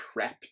prepped